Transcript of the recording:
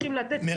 צריכים לתת כלים.